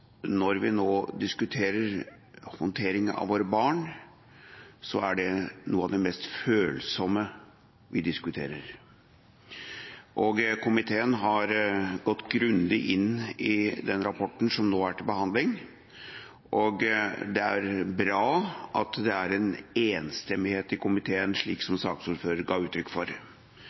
når vi nå diskuterer håndteringa av våre barn, så er det noe av det mest følsomme vi diskuterer. Komiteen har gått grundig inn i den rapporten som nå er til behandling, og det er bra at det er en enstemmighet i komiteen, slik saksordføreren ga uttrykk for.